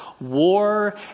War